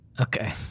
Okay